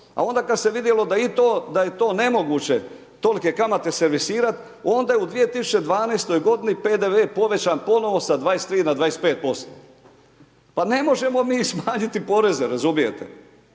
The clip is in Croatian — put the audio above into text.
a onda kad se vidjelo da je to nemoguće tolike kamate servisirat onda je u 2012. godini PDV povećan ponovo sa 23 na 25%, pa ne možemo mi smanjiti poreze, razumijete.